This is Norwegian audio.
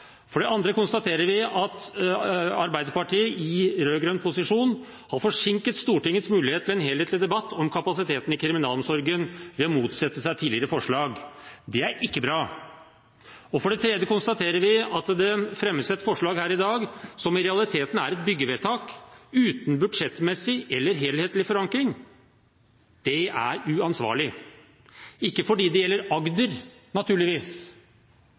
For det andre konstaterer vi at Arbeiderpartiet i rød-grønn posisjon har forsinket Stortingets mulighet til en helhetlig debatt om kapasiteten i kriminalomsorgen ved å motsette seg tidligere forslag. Det er ikke bra. For det tredje konstaterer vi at det fremmes et forslag her i dag som i realiteten er et byggevedtak uten budsjettmessig eller helhetlig forankring. Det er uansvarlig – ikke fordi det gjelder Agder, naturligvis,